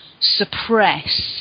suppress